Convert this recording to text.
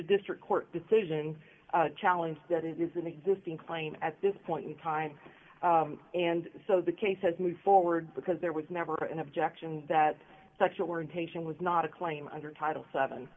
the district court decision challenge that it is an existing claim at this point in time and so the case has moved forward because there was never an objection that such orientation was not a claim under title seven